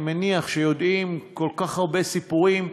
אני מניח שיודעים כל כך הרבה סיפורים,